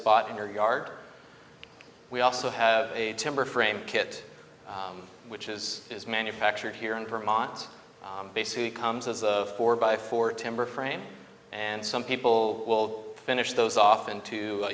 spot in your yard we also have a timber frame kit which is manufactured here in vermont basically comes as of four by four timber frame and some people will finish those off into